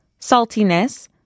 saltiness